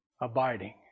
abiding